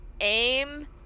aim